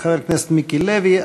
חבר הכנסת מיקי לוי,